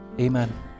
Amen